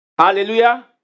Hallelujah